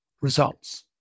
results